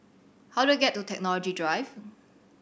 how do I get to Technology Drive